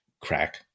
crack